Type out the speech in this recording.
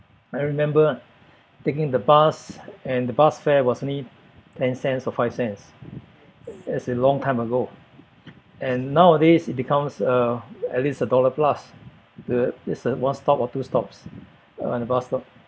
I remember taking the bus and the bus fare was only ten cents or five cents that's a long time ago and nowadays it becomes uh at least a dollar plus uh just uh one stop or two stops on a bus stop